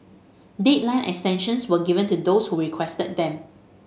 deadline extensions were given to those who requested them